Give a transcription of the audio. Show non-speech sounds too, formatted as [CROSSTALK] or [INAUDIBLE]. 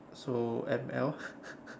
so M_L [LAUGHS]